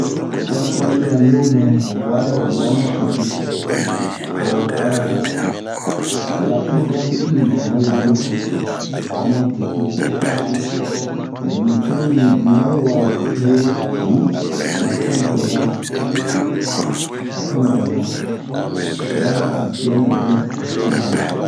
Ostrali a lo nɛ ho bwa dɛ ho bwa ma tete ho a la pli grand-il on va le dir komsa ho bwa ma tete ni cururu mibini a we wa'a be cururu um ba pɛntrera ba pɛntrera ma ba diya nɛ ba we sɛ mu yan mibin